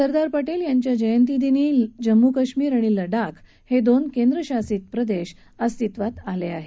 सरदार पटेल यांच्या जयंतीदिनी जम्मू कश्मीर आणि लडाख हे दोन केंद्र शासित प्रदेश आजपासून अस्तित्वात आले आहेत